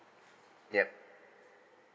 yup